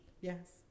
Yes